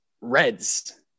Reds